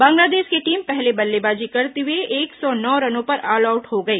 बांग्लादेश की टीम पहले बल्लेबाजी करते हुए एक सौ नौ रनों पर ऑलआउट हो गई